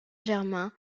germain